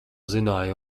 zināji